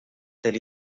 del